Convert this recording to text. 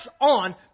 on